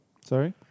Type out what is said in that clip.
Sorry